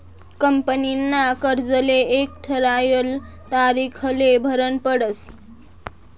कंपनीना कर्जले एक ठरायल तारीखले भरनं पडस